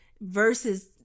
versus